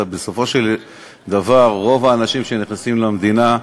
ובסופו של דבר רוב האנשים שנכנסים למדינה,